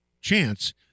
chance